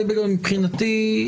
מבחינתי,